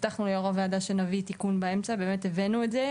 הבטחנו ליו"ר הוועדה שנביא תיקון באמצע ובאמת הבאנו את זה,